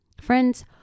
Friends